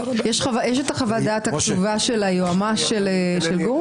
יש את חוות הדעת הכתובה של היועמ"ש גור?